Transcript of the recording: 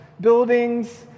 buildings